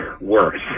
worse